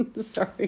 Sorry